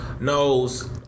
knows